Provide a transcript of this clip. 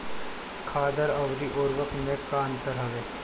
खादर अवरी उर्वरक मैं का अंतर हवे?